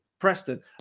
Preston